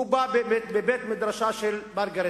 הוא בא מבית-מדרשה של מרגרט